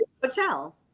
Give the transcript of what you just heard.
hotel